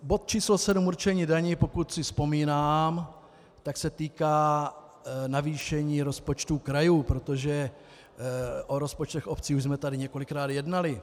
Bod číslo 7, určení daní, pokud si vzpomínám, se týká navýšení rozpočtů krajů, protože o rozpočtech obcí jsme tady několikrát jednali.